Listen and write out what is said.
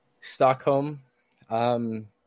Stockholm